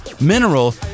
mineral